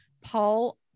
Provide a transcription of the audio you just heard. Paul